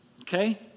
okay